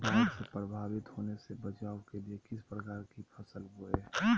बाढ़ से प्रभावित होने से बचाव के लिए किस प्रकार की फसल बोए?